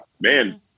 man